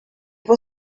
può